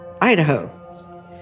Idaho